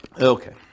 Okay